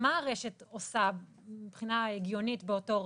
מה הרשת עושה באותו רגע?